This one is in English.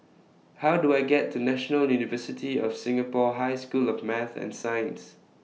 How Do I get to National University of Singapore High School of Math and Science